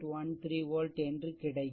13 volt என்று கிடைக்கும்